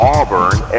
Auburn